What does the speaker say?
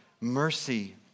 mercy